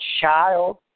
child